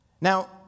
Now